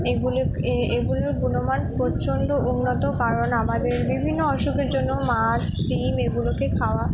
এগুলি এগুলোর গুণমান প্রচণ্ড উন্নত কারণ আমাদের বিভিন্ন অসুখের জন্য মাছ ডিম এগুলোকে খাওয়া